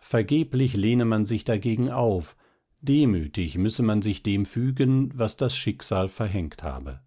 vergeblich lehne man sich dagegen auf demütig müsse man sich dem fügen was das schicksal verhängt habe